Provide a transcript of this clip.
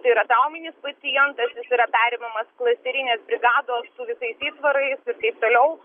tai yra trauminis pacientas jis yra perimamas klasterinės brigados su visais įtvarais ir taip toliau